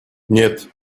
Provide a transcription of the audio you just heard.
нет